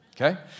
Okay